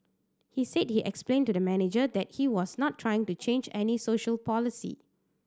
he said he explained to the manager that he was not trying to change any social policy